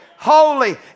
Holy